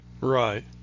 Right